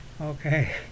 okay